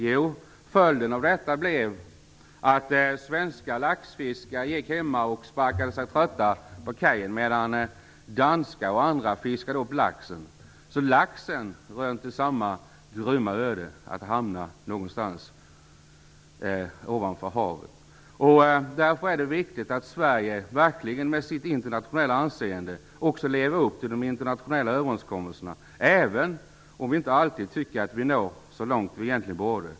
Jo, följden av detta blev att svenska laxfiskare gick hemma på kajen och sparkade sig trötta, medan danskar och andra fiskade upp laxen. Laxen rönte alltså samma grymma öde ändå, att hamna någonstans ovanför havet. Därför är det viktigt att vi i Sverige, med vårt internationella anseende, verkligen lever upp till de internationella överenskommelserna, även om vi inte alltid tycker att vi når så långt som vi egentligen borde.